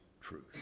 truth